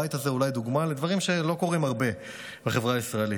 הבית הזה הוא אולי דוגמה לדברים שלא קורים הרבה בחברה הישראלית.